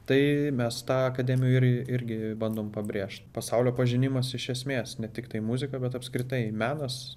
tai mes tą akademijoj ir irgi bandom pabrėžt pasaulio pažinimas iš esmės ne tiktai muzika bet apskritai menas